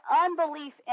unbelief